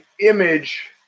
image